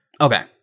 okay